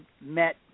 met